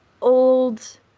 old